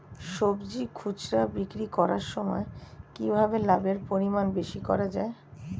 সবজি খুচরা বিক্রি করার সময় কিভাবে লাভের পরিমাণ বেশি করা যায়?